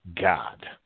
God